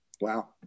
wow